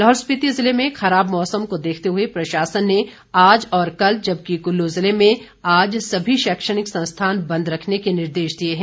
लाहौल स्पीति जिले में खराब मौसम का देखते हुए प्रशासन ने आज और कल जबकि कुल्लू जिले में आज सभी शैक्षणिक संस्थान बंद रखने के निर्देश दिए हैं